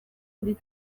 kuri